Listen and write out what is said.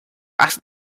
asked